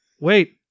Wait